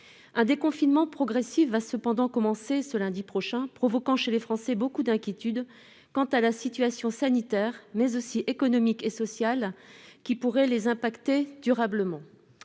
Un déconfinement progressif va cependant commencer lundi prochain, provoquant chez les Français beaucoup d'inquiétudes quant à la situation sanitaire mais aussi économique et sociale qui pourrait les impacter durablement.